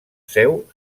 seu